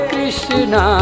Krishna